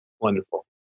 Wonderful